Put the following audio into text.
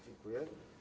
Dziękuję.